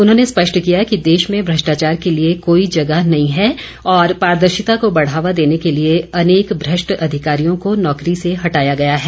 उन्होंने स्पष्ट किया कि देश में भ्रष्टाचार के लिए कोई जगह नहीं है और पारदर्शिता को बढ़ावा देने के लिए अनेक भ्रष्ट अधिकारियों को नौकरी से हटाया गया है